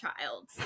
child